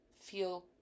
feel-